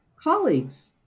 colleagues